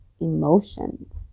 emotions